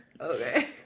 Okay